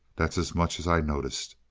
that's as much as i noticed.